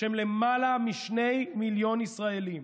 בשם למעלה משני מיליון ישראלים